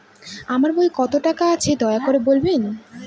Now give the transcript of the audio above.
আমার বইতে কত টাকা আছে দয়া করে বলবেন?